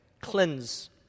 cleanse